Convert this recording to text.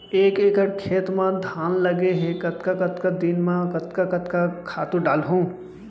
एक एकड़ खेत म धान लगे हे कतका कतका दिन म कतका कतका खातू डालहुँ?